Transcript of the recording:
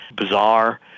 bizarre